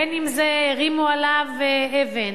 בין שהרימו עליו אבן,